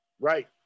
Right